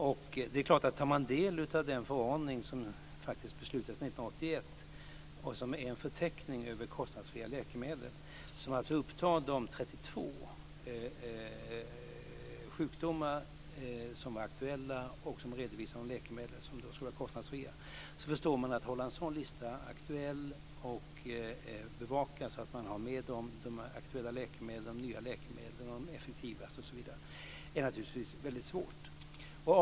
Om man tar del av den förordning som beslutades 1981 som är en förteckning över kostnadsfria läkemedel och som alltså upptar de 32 sjukdomar som var aktuella och som redovisar de läkemedel som skulle vara kostnadsfria, förstår man att det naturligtvis är väldigt svårt att hålla en sådan lista aktuell och bevaka så att man har med de aktuella läkemedlen, de nya läkemedlen, de effektivaste läkemedlen osv.